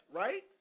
right